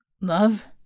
Love